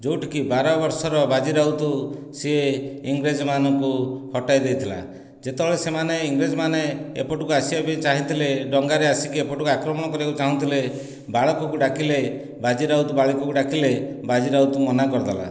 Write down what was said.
ଯୋଉଠିକି ବାର ବର୍ଷର ବାଜି ରାଉତ ସେ ଇଂରେଜ୍ମାନଙ୍କୁ ହଟାଇ ଦେଇଥିଲା ଯେତେବେଳେ ସେମାନେ ଇଂରେଜ୍ମାନେ ଏପଟକୁ ଆସିବା ପାଇଁ ଚାହିଁଥିଲେ ଡ଼ଙ୍ଗାରେ ଆସିକି ଏପଟକୁ ଆକ୍ରମଣ କରିବାକୁ ଚାହୁଁଥିଲେ ବାଳକକୁ ଡ଼ାକିଲେ ବାଜି ରାଉତ ବାଳକକୁ ଡ଼ାକିଲେ ବାଜି ରାଉତ ମନା କରିଦେଲା